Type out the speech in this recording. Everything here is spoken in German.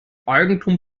eigentum